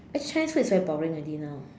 actually Chinese food is very boring already now